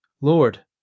Lord